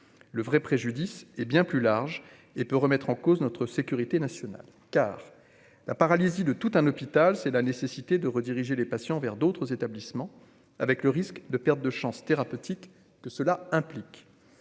le vrai préjudice est bien plus large et peut remettre en cause notre sécurité nationale car la paralysie de tout un hôpital, c'est la nécessité de rediriger les patients vers d'autres établissements, avec le risque de perte de chance thérapeutique que cela implique